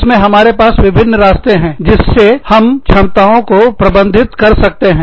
इसमें हमारे पास विभिन्न रास्ते हैं जिससे हम क्षमताओं को प्रबंधित कर सकते हैं